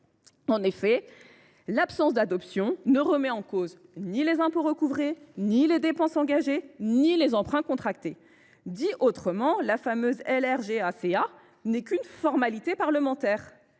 de loi. L’absence d’adoption ne remet en cause ni les impôts recouvrés, ni les dépenses engagées, ni les emprunts contractés. Dit autrement, la fameuse LRGACA n’est qu’une formalité parlementaire